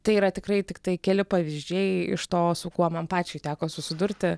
tai yra tikrai tiktai keli pavyzdžiai iš to su kuo man pačiai teko susidurti